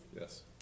Yes